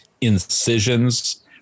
incisions